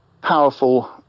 powerful